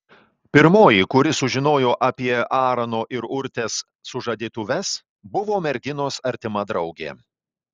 pirmoji kuri sužinojo apie aarono ir urtės sužadėtuves buvo merginos artima draugė